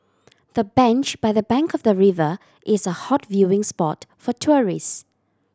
the bench by the bank of the river is a hot viewing spot for tourist